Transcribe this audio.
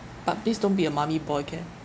but please don't be a mummy boy okay